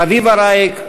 חביבה רייך,